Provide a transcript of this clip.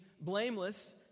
blameless